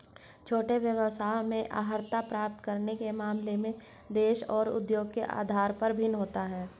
छोटे व्यवसायों में अर्हता प्राप्त करने के मामले में देश और उद्योग के आधार पर भिन्न होता है